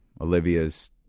Olivia's